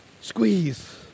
Squeeze